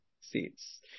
seats